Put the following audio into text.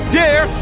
dare